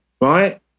right